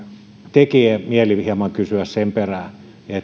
tekee mieli hieman kysyä sen perään